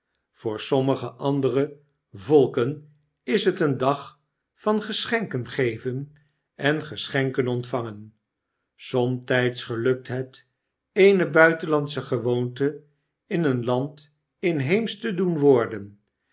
voor sommige andere volen is het een dag van geschenken geven en geschenken ontvangen somtjjds gelukt het eene buitenlandsche gewoonte in een land inheemsch te doen worden